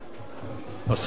השר שמחון,